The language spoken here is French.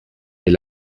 est